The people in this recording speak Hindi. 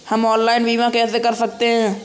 हम ऑनलाइन बीमा कैसे कर सकते हैं?